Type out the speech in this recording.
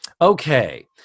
Okay